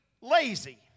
lazy